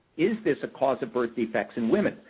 is this a cause of birth defects in women?